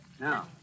Now